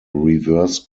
reverse